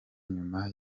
nyuma